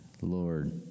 Lord